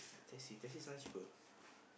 taxi taxi sound cheaper